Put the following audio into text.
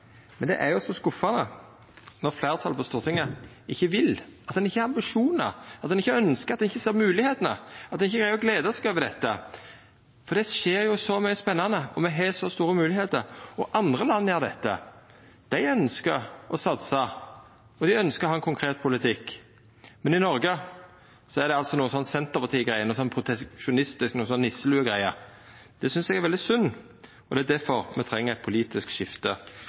det er så skuffande når fleirtalet på Stortinget ikkje vil, at ein ikkje har ambisjonar, at ein ikkje ønskjer, at ein ikkje ser mogelegheitene, at ein ikkje greier å gleda seg over dette, for det skjer så mykje spennande, og me har så store mogelegheiter. Andre land gjer dette. Dei ønskjer å satsa, og dei ønskjer å ha ein konkret politikk. Men i Noreg er det altså noko Senterparti-greier, noko proteksjonistisk, noko nisselue-greier. Det synest eg er veldig synd. Og det er difor me treng eit politisk skifte